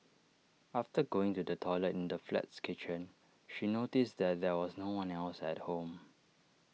after going to the toilet in the flat's kitchen she noticed that there was no one else at home